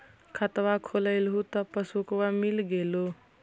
खतवा खोलैलहो तव पसबुकवा मिल गेलो?